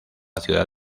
ciudad